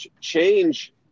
Change